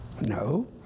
No